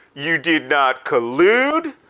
you did not collude.